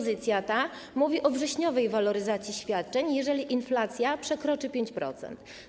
Dotyczy ona wrześniowej waloryzacji świadczeń, jeżeli inflacja przekroczy 5%.